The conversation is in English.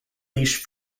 leash